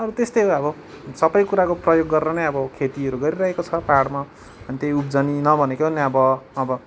अब त्यस्तै हो अब सबै कुराको प्रयोग गरेर नै अब खेतिहरू गरिरहेको छ पाहाडमा त्यही उब्जनी नभनेको नि अब अब